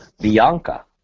Bianca